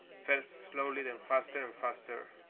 first slowly then faster and faster,